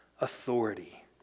authority